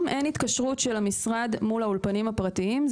אין התקשרות של המשרד מול האולפנים הפרטיים.